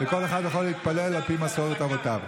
וכל אחד יכול להתפלל על פי מסורת אבותיו.